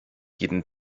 jeden